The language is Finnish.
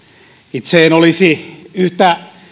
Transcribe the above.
itse en olisi yhtä